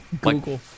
Google